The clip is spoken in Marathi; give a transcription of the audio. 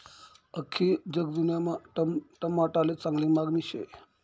आख्खी जगदुन्यामा टमाटाले चांगली मांगनी शे